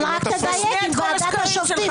רק תדייק עם ועדת השופטים.